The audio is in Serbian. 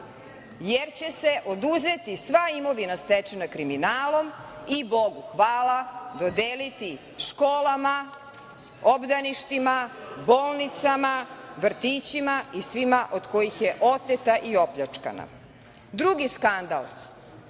jer će se oduzeti sva imovina stečena kriminalom i, bogu hvala, dodeliti školama, obdaništima, bolnicama, vrtićima i svima od kojih je oteta i opljačkana. Drugi skandal